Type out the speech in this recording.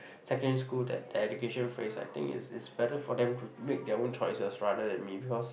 secondary school that that education phase I think is is better for them to make their own choices rather than me because